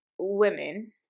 women